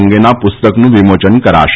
અંગેના પુસ્તકનું વિમોચન કરાશે